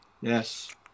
yes